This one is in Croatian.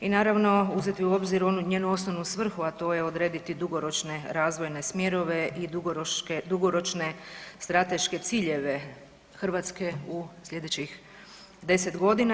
I naravno uzeti u obzir njenu osnovnu svrhu, a to je odrediti dugoročne razvojne smjerove i dugoročne strateške ciljeve Hrvatske u sljedećih 10 godina.